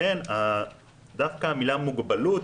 לכן דווקא המילה מוגבלות